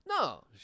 No